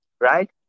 right